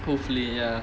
hopefully ya